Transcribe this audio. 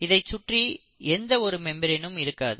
இதைச் சுற்றி எந்த ஒரு மெம்பிரெனும் இருக்காது